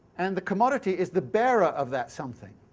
and the commodity is the bearer of that something.